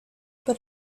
but